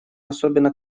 особенно